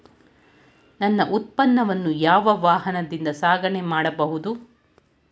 ನನ್ನ ಉತ್ಪನ್ನವನ್ನು ಯಾವ ವಾಹನದಿಂದ ಸಾಗಣೆ ಮಾಡಬಹುದು?